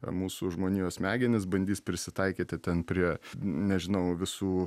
mūsų žmonijos smegenys bandys prisitaikyti ten prie nežinau visų